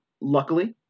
luckily